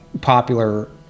popular